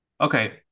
okay